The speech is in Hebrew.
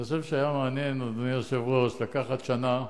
אני חושב שהיה מעניין, אדוני היושב-ראש, לקחת שנה,